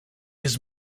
his